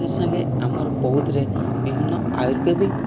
ତାର୍ ସାଙ୍ଗେରେ ଆମର୍ ବୌଦ୍ଧରେ ବିଭିନ୍ନ ଆୟୁର୍ବେଦିକ୍